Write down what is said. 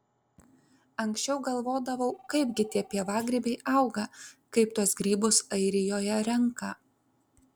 anksčiau galvodavau kaipgi tie pievagrybiai auga kaip tuos grybus airijoje renka